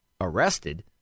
arrested